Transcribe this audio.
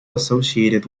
associated